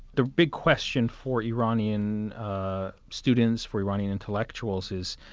the big question for iranian students, for iranian intellectuals is,